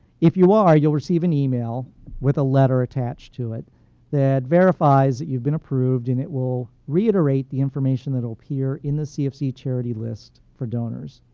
if you are, you'll receive an email with a letter attached to it that verifies that you've been approved, and it will reiterate the information that will appear in the cfc charity list for donors.